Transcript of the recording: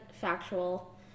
factual